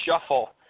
shuffle